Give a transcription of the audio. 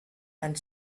and